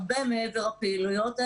הרבה מעבר הפעילויות האלו,